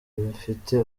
bafite